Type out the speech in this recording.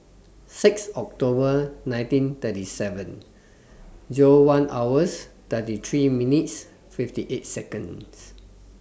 six October nineteen thirty seven Zero one hours thirty three minutes fifty eight Seconds